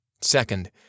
Second